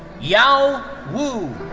yao wu.